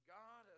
God